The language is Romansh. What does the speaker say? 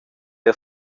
jeu